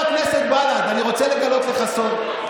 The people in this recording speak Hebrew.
חבר הכנסת בל"ד, אני רוצה לגלות לך סוד.